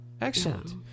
excellent